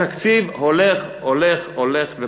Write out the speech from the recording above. התקציב הולך, הולך, הולך ופוחת.